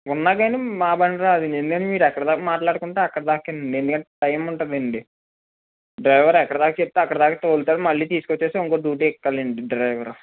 ఉన్నా గాని మా బండి రాదు అండి ఎందుకంటే మీరు ఎక్కడి దాకా మాట్లాడుకుంటే అక్కడిదాకేనండి ఎందుకంటే టైమ్ ఉంటుంది అండి డ్రైవర్ ఎక్కడిదాక చెబితే అక్కడిదాకే తోలుతాడు మళ్ళీ తీసుకు వచ్చేసి ఇంకో డ్యూటీ ఎక్కుతాడు అండి డ్రైవరు